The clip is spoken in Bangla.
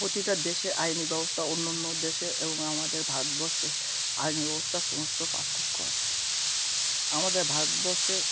প্রতিটা দেশে আইনি ব্যবস্থা অন্য অন্য দেশে এবং আমাদের ভারতবর্ষে আইনি ব্যবস্তা সমস্ত পার্থক্য আছে আমাদের ভারতবর্ষে